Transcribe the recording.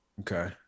okay